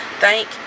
Thank